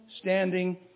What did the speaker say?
standing